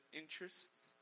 interests